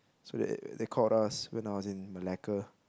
so they they called us when I was in Malacca